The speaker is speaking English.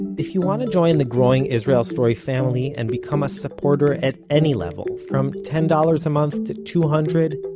if you want to join the growing israel story family and become a supporter at any level, from ten dollars a month to two hundred,